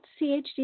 CHD